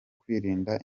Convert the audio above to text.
kwirinda